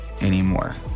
anymore